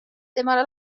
tema